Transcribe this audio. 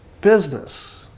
business